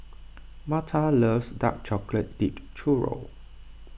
Marta loves Dark Chocolate Dipped Churro